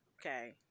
okay